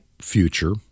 future